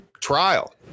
trial